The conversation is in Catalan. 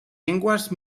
llengües